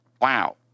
Wow